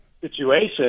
situation